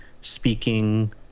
speaking